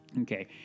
Okay